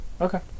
Okay